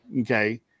okay